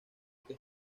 que